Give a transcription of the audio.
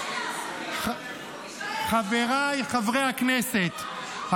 חבריי חברי הכנסת,